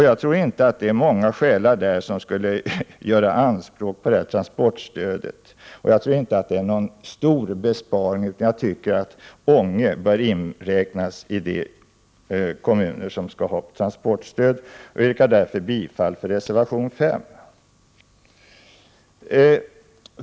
Jag tror inte att det är så många själar där som skulle göra anspråk på transportstödet, och jag tror inte att det är någon stor besparing man gör. Jag tycker att Ånge bör inräknas bland de kommuner som skall ha transportstöd. Jag yrkar därför bifall till reservation 5.